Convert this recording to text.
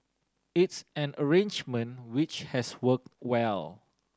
it's an arrangement which has worked well